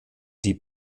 die